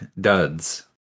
Duds